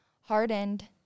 hardened